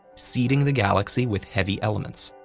seeding the galaxy with heavy elements.